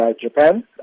Japan